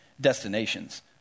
destinations